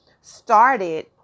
started